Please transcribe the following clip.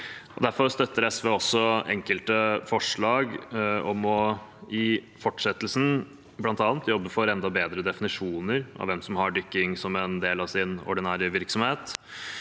Derfor støtter SV også enkelte forslag om i fortsettelsen bl.a. å jobbe for enda bedre definisjoner av hvem som har dykking som en del av sin ordinære virksomhet.